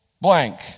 blank